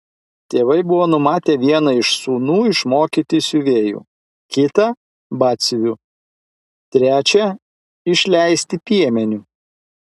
tėvai buvo numatę vieną iš sūnų išmokyti siuvėju kitą batsiuviu trečią išleisti piemeniu